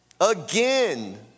Again